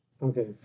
Okay